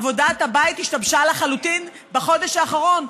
עבודת הבית השתבשה לחלוטין בחודש האחרון,